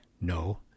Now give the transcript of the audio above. no